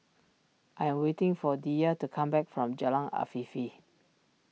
I am waiting for Diya to come back from Jalan Afifi